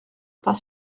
pas